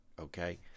okay